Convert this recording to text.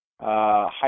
High